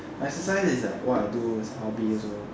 exercise is like what I do as a hobby also